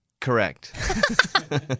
Correct